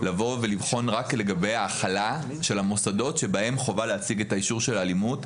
לבחון רק לגבי ההחלה של המוסדות שבהם חובה להציג את האישור של האלימות.